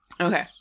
Okay